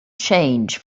change